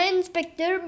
Inspector